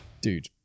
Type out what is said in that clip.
Dude